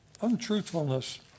untruthfulness